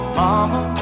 mama